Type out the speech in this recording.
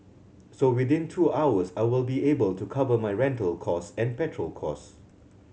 so within two hours I will be able to cover my rental cost and petrol cost